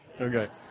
Okay